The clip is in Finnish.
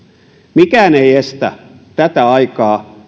mikään ei estä käyttämästä tätä aikaa